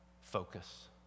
focus